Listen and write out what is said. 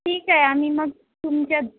ठीक आहे आम्ही मग तुमच्या द्